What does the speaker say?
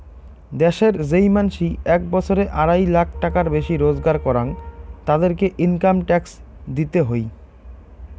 দ্যাশের যেই মানসি এক বছরে আড়াই লাখ টাকার বেশি রোজগার করাং, তাদেরকে ইনকাম ট্যাক্স দিতে হই